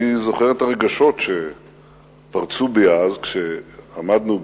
אני זוכר את הרגשות שפרצו בי אז, כשעמדנו במקום,